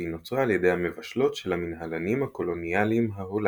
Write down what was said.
והיא נוצרה על ידי המבשלות של המנהלנים הקולוניאלים ההולנדים.